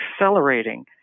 accelerating